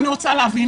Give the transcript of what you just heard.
אני רוצה להבין,